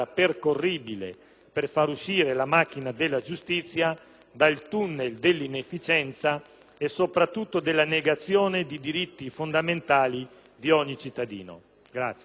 per far uscire la macchina della giustizia dal *tunnel* dell'inefficienza e soprattutto della negazione di diritti fondamentali di ogni cittadino.